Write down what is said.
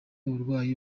uburwayi